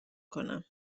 کنم